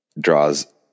draws